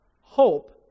hope